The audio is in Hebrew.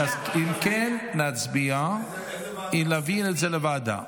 אם כן, נצביע להעביר את זה לוועדה.